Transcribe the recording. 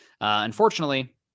Unfortunately